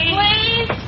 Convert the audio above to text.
please